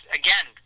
again